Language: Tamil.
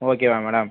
ஓகேவா மேடம்